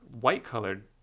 white-colored